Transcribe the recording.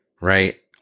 right